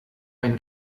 einen